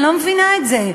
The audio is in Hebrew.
אני לא מבינה את זה.